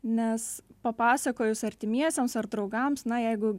nes papasakojus artimiesiems ar draugams na jeigu